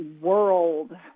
world